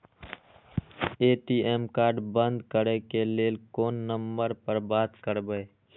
ATM card बंद करे के लेल कोन नंबर पर बात करबे?